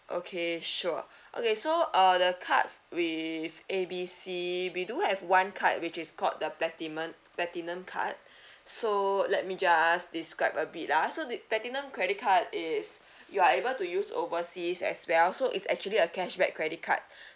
okay sure okay so uh the cards with A B C we do have one card which is called the platinum platinum card so let me just describe a bit lah so the platinum credit card is you are able to use overseas as well so it's actually a cashback credit card